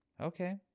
Okay